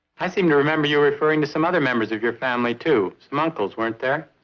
i seem to remember you referring to some other members of your family too, some uncles weren't there?